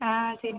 ஆ சரி